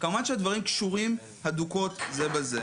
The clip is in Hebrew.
כמובן שהדברים קשורים בצורה הדוקה אחר לשני.